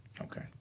Okay